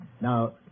Now